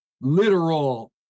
literal